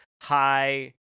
high